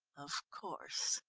of course.